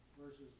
versus